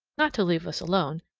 not to leave us alone,